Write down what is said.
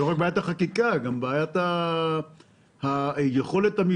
זה לא רק בעיית החקיקה, זה גם היכולת המבצעית.